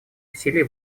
усилий